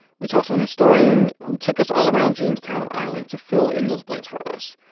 we talked to an historian who took us all around jamestown island to fill in those blanks for us,